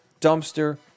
dumpster